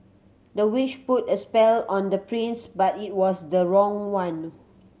the witch put a spell on the prince but it was the wrong one